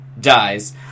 Dies